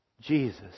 Jesus